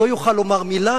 הוא לא יוכל לומר מלה,